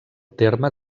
terme